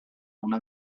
una